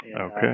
Okay